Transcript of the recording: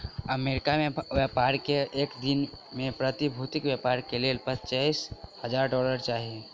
America में व्यापारी के एक दिन में प्रतिभूतिक व्यापार के लेल पचीस हजार डॉलर चाही